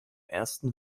ersten